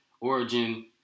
origin